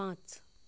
पांच